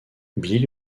billy